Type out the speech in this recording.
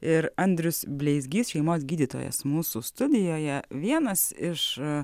ir andrius bleizgys šeimos gydytojas mūsų studijoje vienas iš